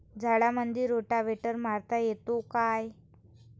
झाडामंदी रोटावेटर मारता येतो काय?